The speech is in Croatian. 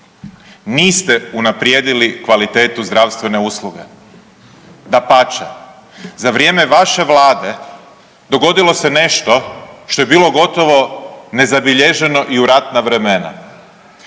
niste unaprijedili kvalitetu zdravstvene usluge dapače za vrijeme vaše Vlade dogodilo se nešto što je bilo gotovo i nezabilježeno i u ratna vremena,